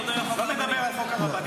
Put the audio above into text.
לא מדבר על חוק הרבנים.